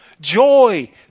joy